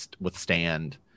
withstand